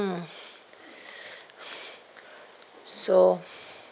mm so